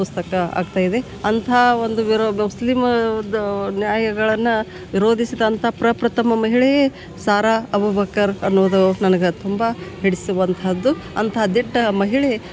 ಪುಸ್ತಕ ಆಗ್ತಾ ಇದೆ ಅಂಥ ಒಂದು ವಿರೋ ಮುಸ್ಲಿಮ್ ಅವ್ರದ್ದು ನ್ಯಾಯಗಳನ್ನು ವಿರೋಧಿಸಿದಂಥ ಪ್ರಪ್ರಥಮ ಮಹಿಳೆಯೇ ಸಾರಾ ಅಬೂಬಕ್ಕರ್ ಅನ್ನುವುದು ನನ್ಗೆ ತುಂಬ ಹಿಡಿಸುವಂಥದ್ದು ಅಂಥ ದಿಟ್ಟ ಮಹಿಳೆ